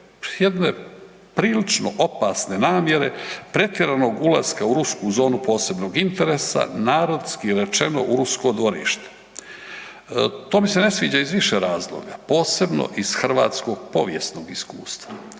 jedne prilično opasne namjere pretjeranog ulaska u rusku zonu posebnog interesa, narodski rečeno u rusko dvorište. To mi se ne sviđa iz više razloga. Posebno iz hrvatskog povijesnog iskustva,